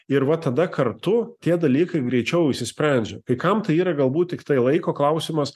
ir va tada kartu tie dalykai greičiau išsisprendžia kai kam tai yra galbūt tiktai laiko klausimas